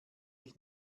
ich